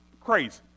crazy